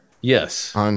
Yes